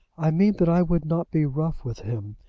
i mean that i would not be rough with him.